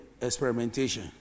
experimentation